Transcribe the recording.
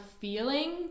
feeling